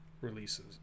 releases